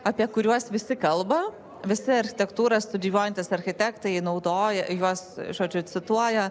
apie kuriuos visi kalba visi architektūrą studijuojantys architektai naudoja juos žodžiu cituoja